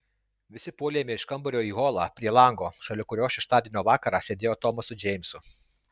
visi puolėme iš kambario į holą prie lango šalia kurio šeštadienio vakarą sėdėjo tomas su džeimsu